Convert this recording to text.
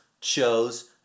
chose